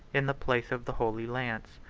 in the place of the holy lance,